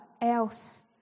else